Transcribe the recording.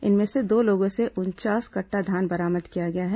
इनमें से दो लोगों से उनचास कट्टा धान बरामद किया गया है